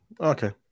okay